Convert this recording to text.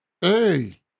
Hey